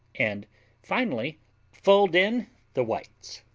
and finally fold in the whites.